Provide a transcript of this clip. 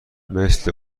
مثل